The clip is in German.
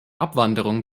abwanderung